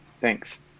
thanks